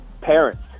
parents